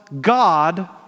God